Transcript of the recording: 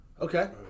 Okay